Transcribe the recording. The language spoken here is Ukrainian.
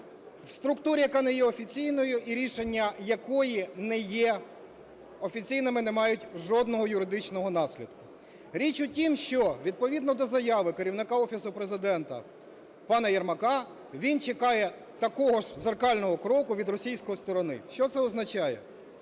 в структурі, яка не є офіційною і рішення якої не є офіційними, не мають жодного юридичного наслідку, річ у тім, що відповідно до заяви керівника Офісу Президента пана Єрмака він чекає такого ж дзеркального кроку від російської сторони. Що це означає?